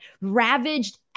ravaged